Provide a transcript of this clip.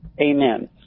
amen